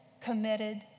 committed